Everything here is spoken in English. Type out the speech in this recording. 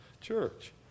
church